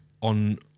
On